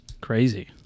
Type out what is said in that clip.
crazy